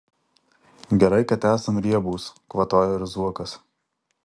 gerai kad esam riebūs kvatojo ir zuokas